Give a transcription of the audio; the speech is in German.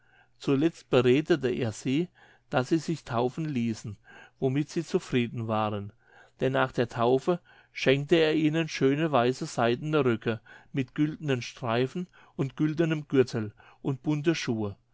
zuletzt beredete er sie daß sie sich taufen ließen womit sie zufrieden waren denn nach der taufe schenkte er ihnen schöne weiße seidene röcke mit güldenen streifen und güldenem gürtel und